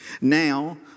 Now